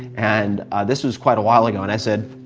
and this was quite a while ago. and i said,